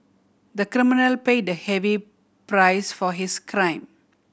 the criminal paid a heavy price for his crime